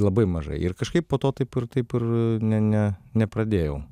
labai mažai ir kažkaip po to taip ir taip ir ne ne nepradėjau